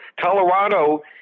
Colorado